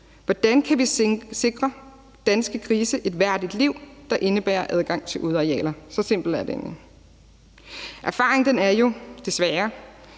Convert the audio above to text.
Hvordan kan vi sikre danske grise et værdigt liv, der indebærer adgang til udearealer? Så simpelt er det.